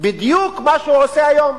בדיוק מה שהוא עושה היום,